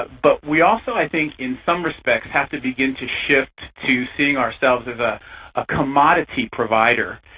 but we also, i think, in some respects have to begin to shift to seeing ourselves as a commodity provider.